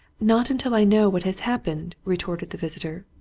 not until i know what has happened, retorted the visitor.